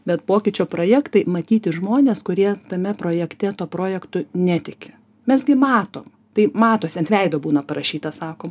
bet pokyčio projektai matyti žmones kurie tame projekte tuo projektu netiki mes gi matom tai matosi ant veido būna parašyta sakom